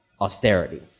austerity